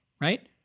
right